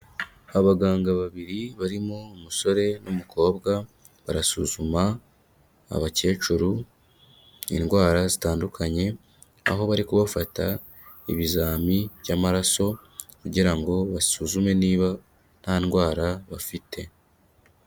Abaganga babiri barimo umusore n'umukobwa, barasuzuma abakecuru indwara zitandukanye, aho bari kubafata ibizami by'amaraso kugira ngo basuzume niba nta ndwara bafite.